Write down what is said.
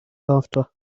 after